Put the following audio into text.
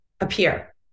appear